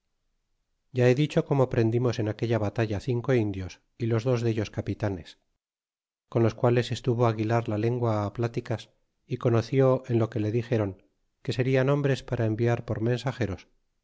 ya he dicho como prendimos en aquella batalla cinco indios y los dos dellos capitanes con los quales estuvo aguilar la lengua plátiticas y conoció en lo que le dixéron que serian hombres para enviar por mensageros